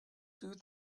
two